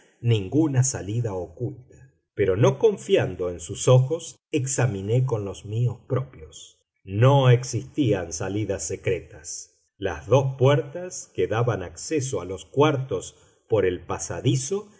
ninguna salida oculta pero no confiando en sus ojos examiné con los míos propios no existían salidas secretas las dos puertas que daban acceso a los cuartos por el pasadizo